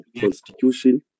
constitution